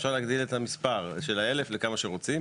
אפשר להגדיל את המספר של ה-1,000 לכמה שרוצים.